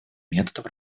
методов